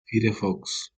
firefox